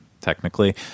technically